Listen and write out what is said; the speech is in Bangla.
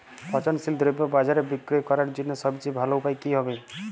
পচনশীল দ্রব্য বাজারে বিক্রয় করার জন্য সবচেয়ে ভালো উপায় কি হবে?